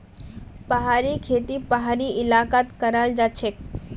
पहाड़ी खेती पहाड़ी इलाकात कराल जाछेक